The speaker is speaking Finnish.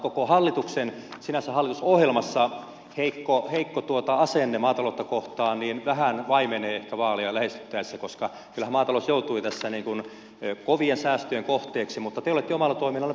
koko hallituksen hallitusohjelmassa sinänsä heikko asenne maataloutta kohtaan vähän vaimenee ehkä vaaleja lähestyttäessä koska kyllähän maatalous joutui tässä kovien säästöjen kohteeksi mutta te olette omalla toiminnallanne pehmentäneet sitä